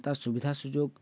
ତା' ସୁବିଧା ସୁଯୋଗ